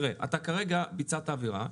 אתה כרגע ביצעת עבירה,